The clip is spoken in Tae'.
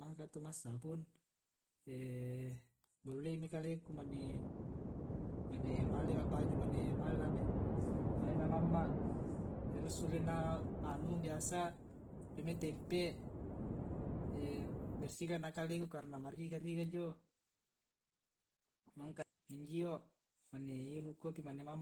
mangka to massabung bolloi mi kaleku mane male ma'baju mane malena mamma' terus sulena' biasa jomai tempe'. bersihkan na kaleku karna mariga riga jio mangkana minjio' mane iru' kopi mane mamma'.